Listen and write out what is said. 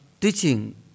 teaching